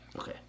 Okay